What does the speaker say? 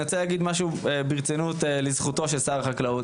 אני רוצה להגיד משהו לזכותו של שר החקלאות.